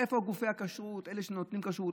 איפה גופי הכשרות, אלה שנותנים כשרות?